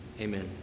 amen